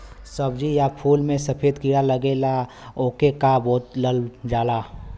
सब्ज़ी या फुल में सफेद कीड़ा लगेला ओके का बोलल जाला?